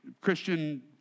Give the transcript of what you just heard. christian